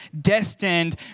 destined